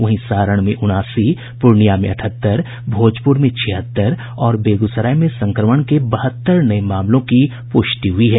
वहीं सारण में उनासी पूर्णिया में अठहत्तर भोजपूर में छिहत्तर और बेगूसराय में संक्रमण के बहत्तर नये मामलों की प्रष्टि हुई है